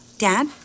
Dad